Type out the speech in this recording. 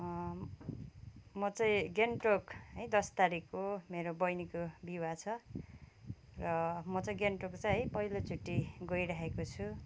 म चाहिँ गान्तोक दस तारिखको मेरो बहिनीको विवाह छ र म चाहिँ गान्तोक चाहिँ है पहिलोचोटि गइरहेको छु